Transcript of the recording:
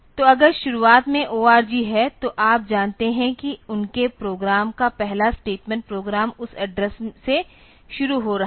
तो अगर शुरुआत में ORG है तो आप जानते हैं कि उनके प्रोग्राम का पहला स्टेटमेंट प्रोग्राम उस एड्रेस से शुरू हो रहा है